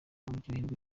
muryoherwe